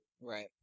Right